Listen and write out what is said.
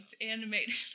animated